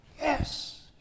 yes